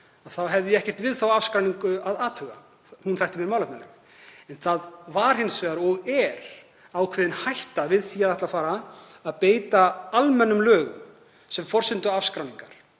þá hefði ég ekkert við þá afskráningu að athuga, mér þætti hún málefnaleg. En það var hins vegar og er ákveðin hætta við það að ætla að fara að beita almennum lögum sem forsendu afskráningar.